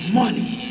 money